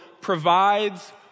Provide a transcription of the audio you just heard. provides